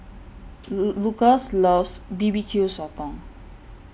Lukas loves B B Q Sotong